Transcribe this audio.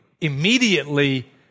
immediately